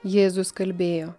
jėzus kalbėjo